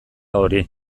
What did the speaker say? hori